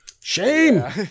Shame